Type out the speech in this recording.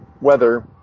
weather